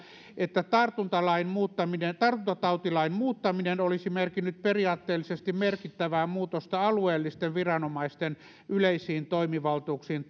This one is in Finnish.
että tartuntatautilain muuttaminen tartuntatautilain muuttaminen olisi merkinnyt periaatteellisesti merkittävää muutosta alueellisten viranomaisten yleisiin toimivaltuuksiin